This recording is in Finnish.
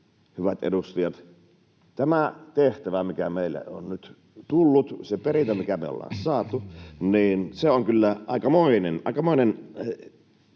hyvät edustajat, tämä tehtävä, mikä meille on nyt tullut, se perintö, mikä me ollaan saatu, on kyllä aikamoinen